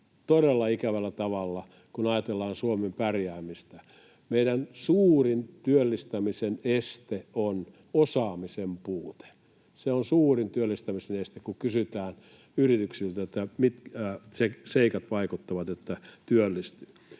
todella ikävällä tavalla, kun ajatellaan Suomen pärjäämistä. Meidän suurin työllistämisen este on osaamisen puute, se on suurin työllistämisen este, kun kysytään yrityksiltä, mitkä seikat vaikuttavat siihen, että työllistyy.